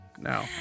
No